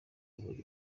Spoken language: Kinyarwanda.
yabonye